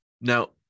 Now